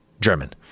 german